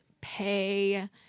pay